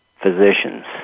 physicians